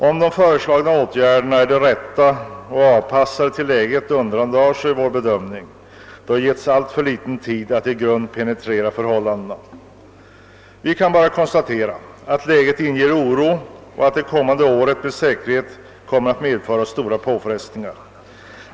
Om de föreslagna åtgärderna är de rätta och avpassade till läget undandrar sig vår bedömning, då det getts alltför liten tid att i grund penetrera förhållandena. Vi kan bara konstatera att läget inger oro och att det följande året med säkerhet kommer att medföra stora påfrestningar.